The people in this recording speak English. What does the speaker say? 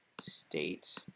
state